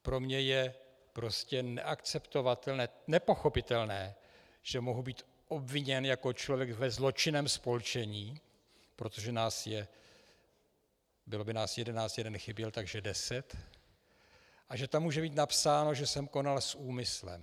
Pro mne je prostě neakceptovatelné, nepochopitelné, že mohu být obviněn jako člověk ve zločinném spolčení, protože nás je bylo by nás jedenáct, jeden chyběl, takže deset, a že tam může být napsáno, že jsem konal s úmyslem.